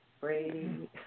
Brady